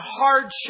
hardship